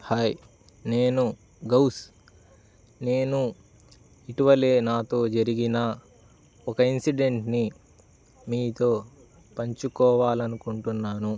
hi నేను గౌస్ నేను ఇటివలే నాతో జరిగిన ఒక ఇన్సిడెంట్ని మీతో పంచుకోవాలి అనుకుంటున్నాను